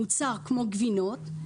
מוצר כמו גבינות,